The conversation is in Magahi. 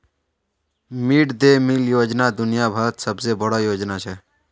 मिड दे मील योजना दुनिया भरत सबसे बोडो योजना छे